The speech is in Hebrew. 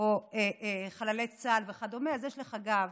או חללי צה"ל וכדומה אז יש לך גב,